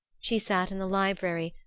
she sat in the library,